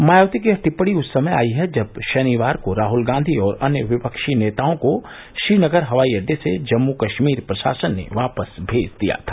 मायावती की यह टिप्पणी उस समय आई है जब शनिवार को राहल गांधी और अन्य विपक्षी नेताओं को श्रीनगर हवाई अड्डे से जम्मू कश्मीर प्रशासन ने वापस भेज दिया था